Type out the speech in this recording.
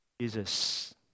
Jesus